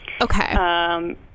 Okay